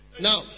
Now